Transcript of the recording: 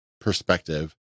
perspective